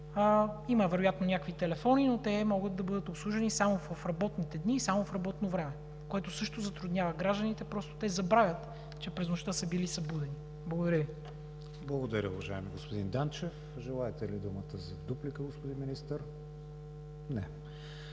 Има вероятно някакви телефони, но те могат да бъдат обслужени само в работните дни и само в работно време, което също затруднява гражданите – просто те забравят, че през нощта са били събудени. Благодаря Ви. ПРЕДСЕДАТЕЛ КРИСТИАН ВИГЕНИН: Благодаря, уважаеми господин Данчев. Желаете ли думата за дуплика, господин Министър? Не.